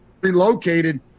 relocated